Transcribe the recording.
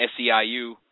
SEIU